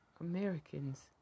Americans